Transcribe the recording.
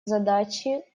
задачи